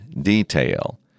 detail